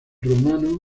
romano